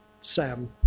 Sam